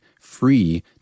free